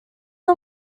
our